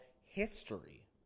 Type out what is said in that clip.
history